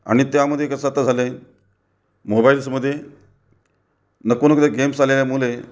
आणि त्यामध्ये कसं आत्ता झालं आहे मोबाईल्समध्ये नको नको ते गेम्स आल्यामुळे